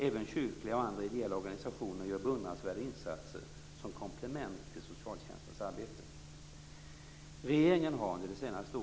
Även kyrkliga och andra ideella organisationer gör beundransvärda insatser som komplement till socialtjänstens arbete.